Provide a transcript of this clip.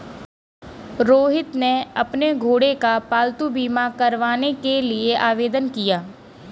रोहित ने अपने घोड़े का पालतू बीमा करवाने के लिए आवेदन किया